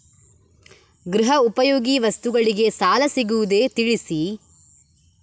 ಗೃಹ ಉಪಯೋಗಿ ವಸ್ತುಗಳಿಗೆ ಸಾಲ ಸಿಗುವುದೇ ತಿಳಿಸಿ?